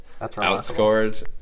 outscored